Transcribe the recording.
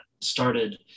started